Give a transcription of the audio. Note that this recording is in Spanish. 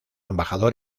embajador